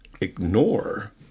ignore